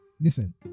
Listen